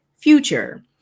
future